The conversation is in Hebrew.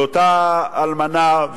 אותה אלמנה,